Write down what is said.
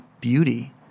beauty